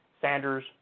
Sanders